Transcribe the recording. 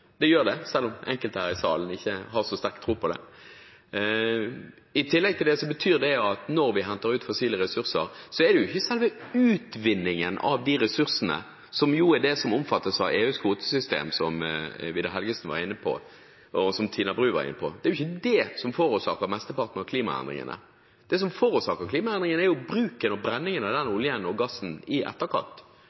Det gjør det, selv om enkelte her i salen ikke har så sterk tro på det. I tillegg til det betyr det at når vi henter ut fossile ressurser, er det ikke selve utvinningen av de ressursene – som er det som omfattes av EUs kvotesystem, som Vidar Helgesen og Tina Bru var inne på – som forårsaker mesteparten av klimaendringene. Det som forårsaker klimaendringene, er bruken og brenningen av oljen og gassen i